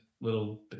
little